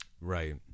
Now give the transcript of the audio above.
Right